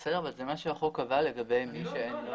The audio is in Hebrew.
בסדר, אבל זה מה שהחוק קבע לגבי מי שאין לו היתר.